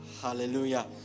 hallelujah